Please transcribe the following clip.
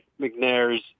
McNair's